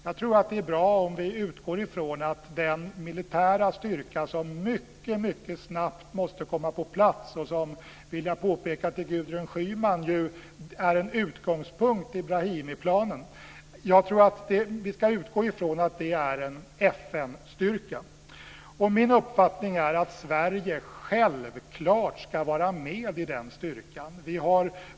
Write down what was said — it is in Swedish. Jag tror att vi ska utgå från att den militära styrka som mycket snabbt måste komma på plats och som, Gudrun Schyman, är en utgångspunkt i Brahimiplanen är en FN-styrka. Min uppfattning är att Sverige självklart ska vara med i den styrkan.